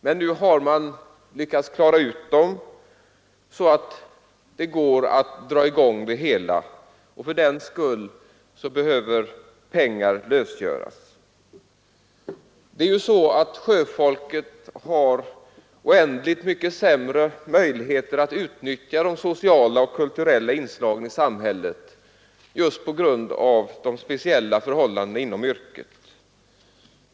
Men nu har man lyckats klara ut dem så att det går att få i gång det hela, och fördenskull behöver pengar lösgöras. Sjöfolket har ju oändligt mycket sämre möjligheter att utnyttja de sociala och kulturella inslagen i samhället just på grund av de speciella förhållandena inom yrket.